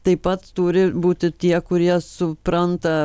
taip pat turi būt ir tie kurie supranta